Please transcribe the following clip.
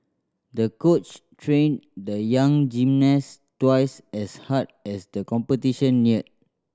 the coach trained the young gymnast twice as hard as the competition neared